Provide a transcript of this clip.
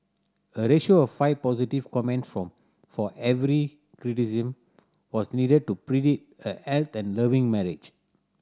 a ratio of five positive comment for for every criticism was needed to predict a healthy and loving marriage